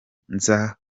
nza